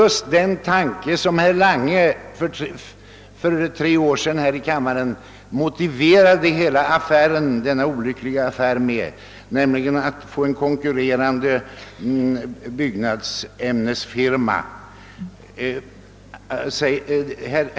Herr Rydin behandlar i kommunikén just det som herr Lange för tre år sedan här i kammaren motiverade hela denna olyckliga affär med, nämligen frågan om att få en konkurrerande byggnadsämnesfirma.